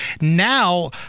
Now